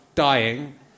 Dying